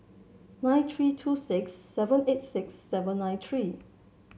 nine three two six seven eight six seven nine three